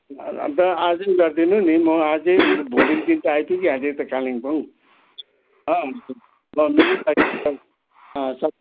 अन्त आज गरिदिनु नि म आज भोलिको दिन त आइपुगि हालेँ नि त कालेबुङ हो